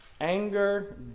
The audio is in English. Anger